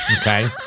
okay